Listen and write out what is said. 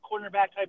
cornerback-type